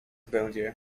będzie